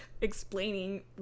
explaining